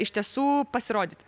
iš tiesų pasirodyti